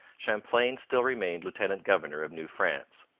champlain still remained lieutenant-general of new france.